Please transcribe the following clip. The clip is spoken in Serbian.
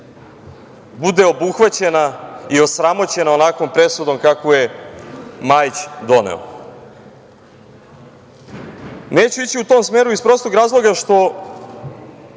bude obuhvaćena i osramoćena onakvom presudom kakvu je Majić doneo. Neću ići u tom smeru iz prostog razloga što